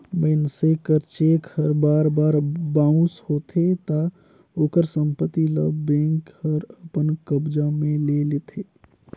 मइनसे कर चेक हर बार बार बाउंस होथे ता ओकर संपत्ति ल बेंक हर अपन कब्जा में ले लेथे